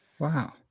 wow